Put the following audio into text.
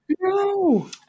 no